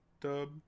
dub